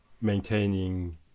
maintaining